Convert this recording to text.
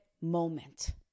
moment